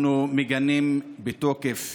אנחנו מגנים בתוקף